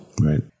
Right